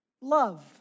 Love